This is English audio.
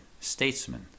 statesman